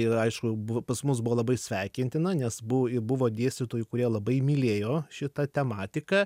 ir aišku buvo pas mus buvo labai sveikintina nes buvo buvo dėstytojų kurie labai mylėjo šitą tematiką